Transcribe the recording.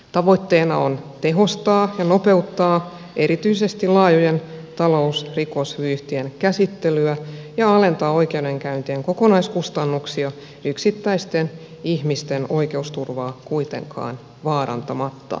tavoitteena on tehostaa ja nopeuttaa erityisesti laajojen talousrikosvyyhtien käsittelyä ja alentaa oikeudenkäyntien kokonaiskustannuksia yksittäisten ihmisten oikeusturvaa kuitenkaan vaarantamatta